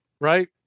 right